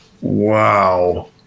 Wow